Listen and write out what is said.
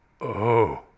Oh